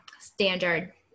standard